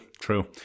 true